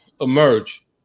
emerge